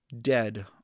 dead